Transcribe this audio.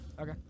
Okay